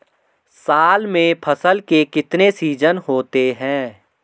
साल में फसल के कितने सीजन होते हैं?